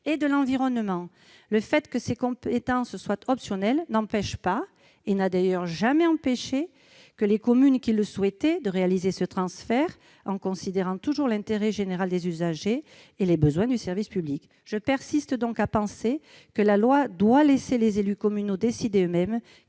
et de l'environnement. Le fait que ces compétences soient optionnelles n'empêche pas, et n'a d'ailleurs jamais empêché, les communes qui le souhaitent de les transférer, en tenant toujours compte de l'intérêt général et des besoins du service public. Je persiste donc à penser que la loi doit laisser les élus communaux décider eux-mêmes